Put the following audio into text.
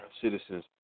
citizens